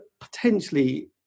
potentially